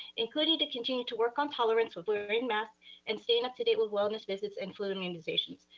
including to continue to work on tolerance with wearing masks and staying up to date with wellness visits and flu immunizations.